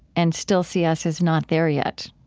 and still see us as not there yet,